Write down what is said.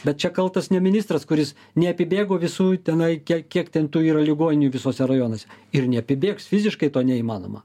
bet čia kaltas ne ministras kuris neapibėgo visų tenai kiek kiek ten tų yra ligoninių visuose rajonuose ir neapibėgs fiziškai to neįmanoma